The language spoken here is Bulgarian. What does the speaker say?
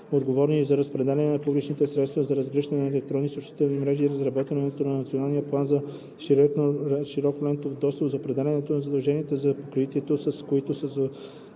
отговорни за разпределяне на публични средства за разгръщане на електронни съобщителни мрежи, за разработването на националния план за широколентовия достъп, за определянето на задълженията за покритието, с които са